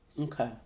Okay